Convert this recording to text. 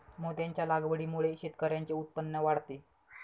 मोत्यांच्या लागवडीमुळे शेतकऱ्यांचे उत्पन्न वाढते